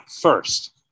first